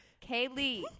Kaylee